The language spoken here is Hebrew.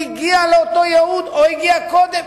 והגיע לאותו ייעוד או הגיע קודם,